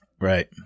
Right